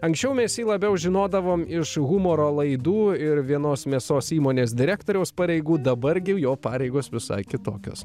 anksčiau mes jį labiau žinodavom iš humoro laidų ir vienos mėsos įmonės direktoriaus pareigų dabar gi jo pareigos visai kitokios